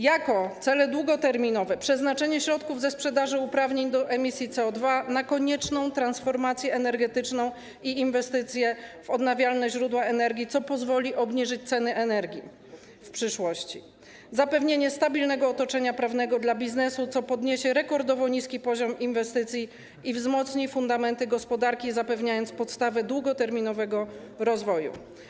Jako cele długoterminowe proponowaliśmy: przeznaczenie środków ze sprzedaży uprawnień do emisji CO2 na konieczną transformację energetyczną i inwestycje w odnawialne źródła energii, co pozwoli obniżyć ceny energii w przyszłości; zapewnienie stabilnego otoczenia prawnego dla biznesu, co podniesie rekordowo niski poziom inwestycji i wzmocni fundamenty gospodarki, zapewniając podstawę długoterminowego rozwoju.